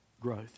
growth